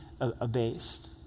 abased